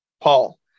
Paul